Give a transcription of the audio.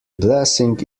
blessing